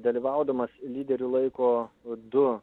dalyvaudamas lyderių laiko du